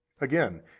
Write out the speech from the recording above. Again